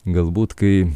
galbūt kai